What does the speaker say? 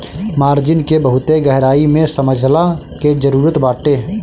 margin के बहुते गहराई से समझला के जरुरत बाटे